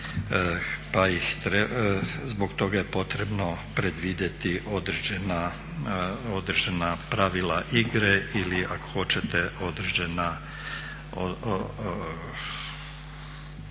Zbog toga je potrebno predvidjeti određena pravila igre ili ako hoćete određene